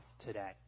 today